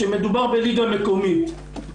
כשמדובר בליגה מקומית,